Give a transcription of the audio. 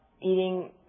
eating